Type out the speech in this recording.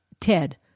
Ted